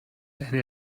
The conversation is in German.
deine